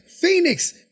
Phoenix